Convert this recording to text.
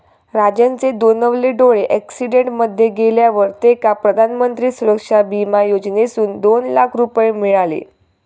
राजनचे दोनवले डोळे अॅक्सिडेंट मध्ये गेल्यावर तेका प्रधानमंत्री सुरक्षा बिमा योजनेसून दोन लाख रुपये मिळाले